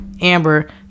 Amber